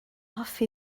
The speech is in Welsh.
hoffi